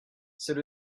c’est